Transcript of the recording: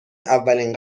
اولین